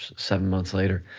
seven months later.